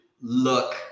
look